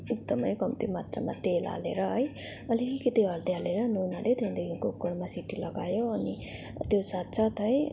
एकदमै कम्ती मात्रामा तेल हालेर है अलिकति हर्दी हालेर नुन हाल्यो त्यहाँदेखि कुकरमा सिटी लगायो अनि त्यो साथ साथ है